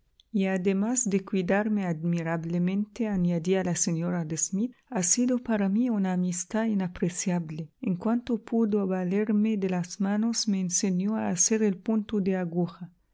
y además de cuidarme admirablementeañadía la señora de smith ha sido para mí una amistad inapreciable en cuanto pude valerme de las manos me enseñó a hacer el punto de aguja